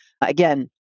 Again